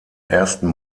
ersten